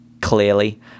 clearly